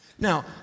Now